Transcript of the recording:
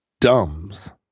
dumbs